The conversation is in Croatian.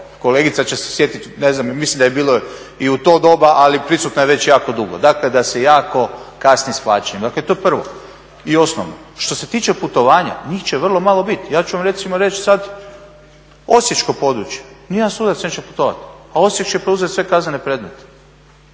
kolegica će se sjetit, ne znam mislim da je bilo i u to doba, ali prisutna je već jako dugo. Dakle, da se jako kasni s plaćanjima. Dakle, to prvo i osnovno. Što se tiče putovanja, njih će vrlo malo biti. Ja ću vam recimo reći sad osječko područje, ni jedan sudac neće putovat, a Osijek će preuzeti sve kaznene predmete.